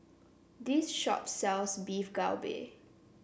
this shop sells Beef Galbi